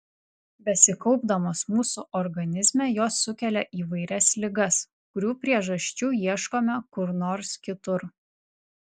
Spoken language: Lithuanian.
besikaupdamos mūsų organizme jos sukelia įvairias ligas kurių priežasčių ieškome kur nors kitur